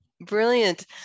Brilliant